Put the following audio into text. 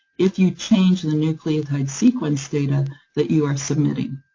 if you change the nucleotide sequence data that you are submitting.